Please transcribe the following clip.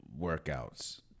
workouts